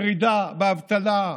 ירידה באבטלה,